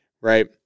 right